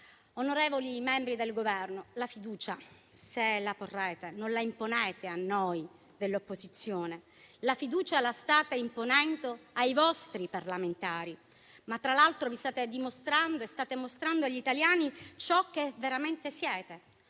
Onorevoli membri del Governo, la fiducia, se la porrete, non la imponente a noi dell'opposizione: la fiducia la state imponendo ai vostri parlamentari. Tra l'altro, state dimostrando e state mostrando agli italiani ciò che veramente siete: